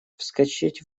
вскочить